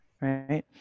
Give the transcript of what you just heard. right